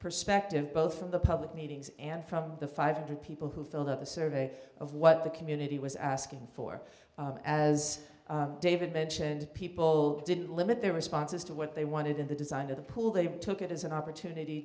perspective both from the public meetings and from the five hundred people who filled out the survey of what the community was asking for as david mentioned people didn't limit their responses to what they wanted in the design of the pool they took it as an opportunity